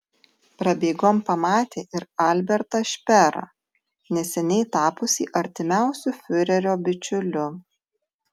prabėgom pamatė ir albertą šperą neseniai tapusį artimiausiu fiurerio bičiuliu